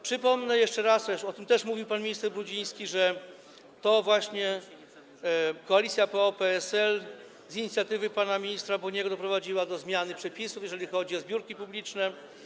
Przypomnę jeszcze raz - mówił już o tym pan minister Brudziński - że to właśnie koalicja PO-PSL z inicjatywy pana ministra Boniego doprowadziła do zmiany przepisów, jeżeli chodzi o zbiórki publiczne.